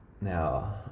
now